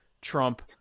Trump